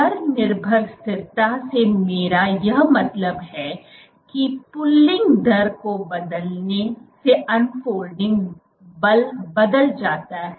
दर निर्भर स्थिरता से मेरा यह मतलब है कि पुलिंग दर को बदलने से अनफोल्डिंग बल बदल जाता है